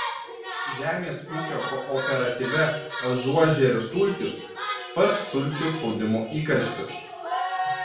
žemės ūkio kooperatyve ažuožerių sultys pats sulčių spaudimo įkarštis